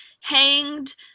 hanged